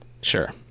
sure